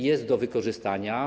Jest do wykorzystania.